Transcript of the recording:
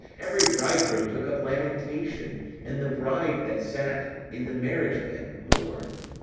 every bridegroom took up lamentation and the bride that sat in the marriage bed, mourned